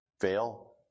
fail